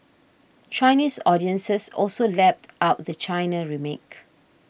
Chinese audiences also lapped up the China remake